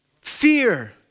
fear